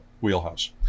wheelhouse